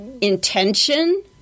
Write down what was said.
intention